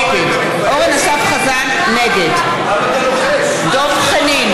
נגד דב חנין,